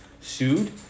sued